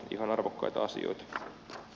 ihan arvokkaita asioita